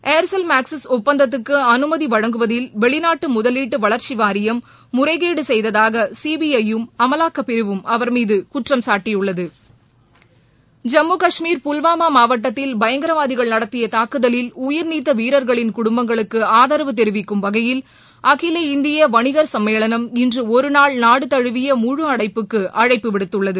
Aircel Maxis ஒப்பந்தத்துக்கு அனுமதி வழங்குவதில் வெளிநாட்டு முதலீட்டு வளர்ச்சி வாரியம் முறைகேடு செய்ததாக சிபிஐயும் அமலாக்கப்பிரிவும் அவர் மீது குற்றம் சாட்டியுள்ளது ஜம்மு காஷ்மீர் புல்வாமா மாவட்டத்தில் பயங்கரவாதிகள் நடத்திய தாக்குதலில் உயிர்நீத்தவீரர்களின் குடும்பங்களுக்கு ஆதரவு தெரிவிக்கும் வகையில் அகில இந்திய வணிகர் சம்மேளனம் இன்று ஒருநாள் நாடுதமுவிய முழு அடைப்புக்கு அழைப்பு விடுத்துள்ளது